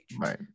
Right